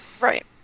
Right